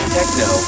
Techno